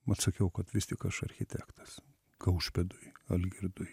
vat sakiau kad vis tik aš architektas kaušpėdui algirdui